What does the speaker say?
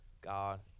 God